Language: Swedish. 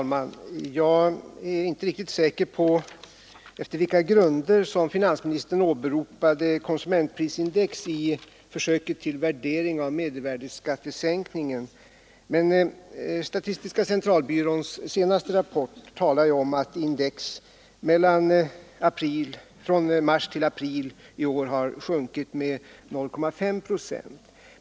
Herr talman! Jag är inte riktigt säker beträffande på vilka grunder finansministern åberopade konsumentprisindex i försöket till värdering av mervärdeskattesänkningen. Statistiska centralbyråns senaste rapport talar om, att index från mars till april i år har sjunkit med 0,5 procent.